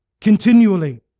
continually